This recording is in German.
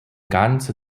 ganze